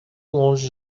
longe